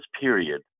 period